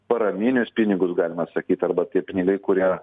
paraminius pinigus galima sakyt arba tie pinigai kurie